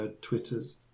twitters